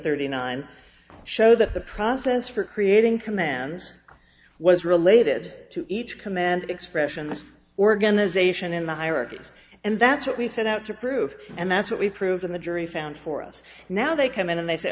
thirty nine show that the process for creating commands was related to each command expression organization in the hierarchies and that's what we set out to prove and that's what we proved when the jury found for us now they come in and they say